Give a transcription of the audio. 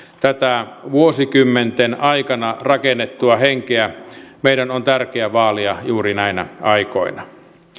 tätä vuosikymmenten aikana rakennettua henkeä meidän on tärkeä vaalia juuri näinä aikoina